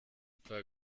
paar